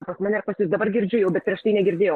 pas mane ar pas jus dabar girdžiu jau bet prieš tai negirdėjau